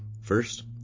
first